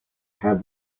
have